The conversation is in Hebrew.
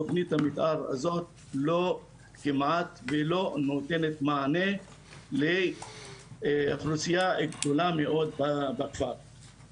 תכנית המתאר הזו כמעט ולא נותנת מענה לאוכלוסייה גדולה מאוד בכפר.